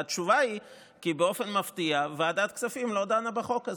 והתשובה היא: כי באופן מפתיע ועדת הכספים לא דנה בחוק הזה.